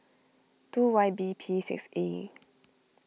two Y B P six A